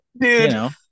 Dude